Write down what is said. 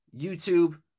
YouTube